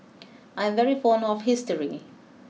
I'm very fond of history